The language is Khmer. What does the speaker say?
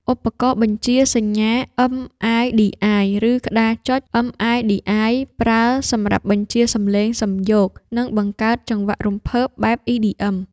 ឧបករណ៍បញ្ជាសញ្ញា MIDI ឬ ក្ដារចុច MIDI ប្រើសម្រាប់បញ្ជាសំឡេងសំយោគ និងបង្កើតចង្វាក់រំភើបបែប EDM។